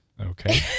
Okay